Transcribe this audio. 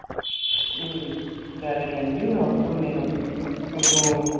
సరేనండి మొత్తం నేను మీకు